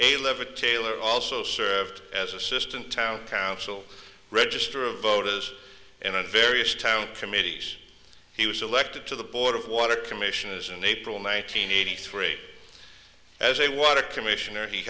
eleven taylor also served as assistant town council register of voters in a various town committees he was elected to the board of water commission as in april nine hundred eighty three as a water commissioner he